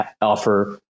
offer